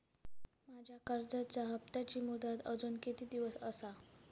माझ्या कर्जाचा हप्ताची मुदत अजून किती दिवस असा?